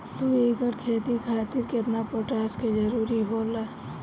दु एकड़ खेती खातिर केतना पोटाश के जरूरी होला?